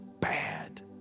bad